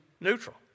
neutral